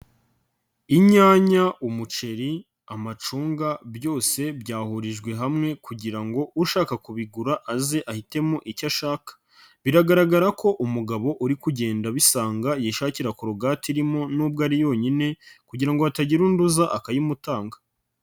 Inyanya, umuceri, amacunga, byose byahurijwe hamwe kugira ngo ushaka kubigura aze ahitemo icyo ashaka. Biragaragara ko umugabo uri kugenda abisanga yishakira kurogati irimo n'ubwo ari yonyine kugira ngo hatagira undi uza akayimutanga.